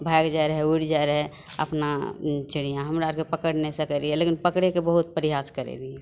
भागि जाइ रहय उड़ि जाइ रहय अपना उ चिड़ियाँ हमरा आरे पकड़ि नहि सकय रहियै लेकिन पकड़यके बहुत प्रयास करय रहियै